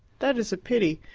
that is a pity.